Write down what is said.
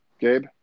Gabe